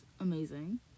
amazing